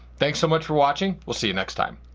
thanks so much for watching. we'll see you next time.